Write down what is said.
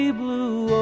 blue